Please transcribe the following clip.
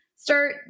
start